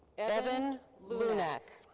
evan lunak.